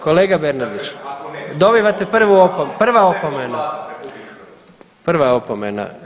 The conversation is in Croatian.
Kolega Bernardić, dobivate prvu opomenu, prva opomena.